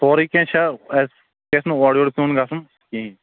سورُے کیٚنٛہہ چھا حظ اَسہِ گژھِ نہٕ اورٕ یور پیٚون گژھُن کہیٖنٛۍ